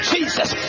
Jesus